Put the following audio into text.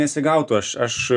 nesigautų aš aš